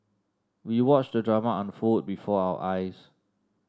we watched the drama unfold before our eyes